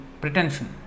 pretension